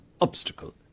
obstacle